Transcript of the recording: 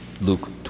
Luke